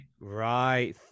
Right